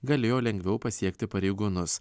galėjo lengviau pasiekti pareigūnus